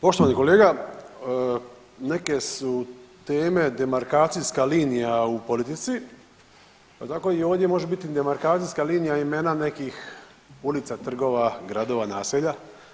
Poštovani kolega, neke su teme demarkacijska linija u politici, pa tako i ovdje može biti demarkacijska linija imena nekih ulica, trgova, gradova, naselja.